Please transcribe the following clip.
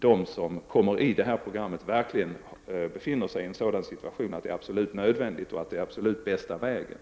De som kommer i fråga för programmet skall verkligen befinna sig i en sådan situation att programmet är absolut nödvändigt och den absolut bästa vägen.